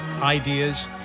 ideas